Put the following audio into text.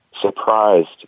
surprised